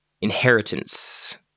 Inheritance